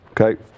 okay